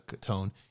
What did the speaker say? tone